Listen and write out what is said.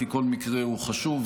כי כל מקרה הוא חשוב,